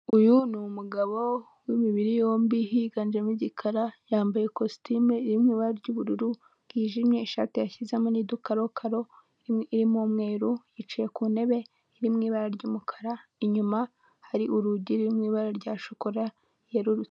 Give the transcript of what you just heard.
Uyu ni umugabo w'imibiri yombi higanjemo igikara yambaye ikositimu iririmo ibara ry'ubururu bwijimye, ishati yashyizemo nidukarokaro imwe irimo umweru yicaye ku ntebe iri mu ibara ry'umukara inyuma hari urugi mu ibara rya shokora yerurutse.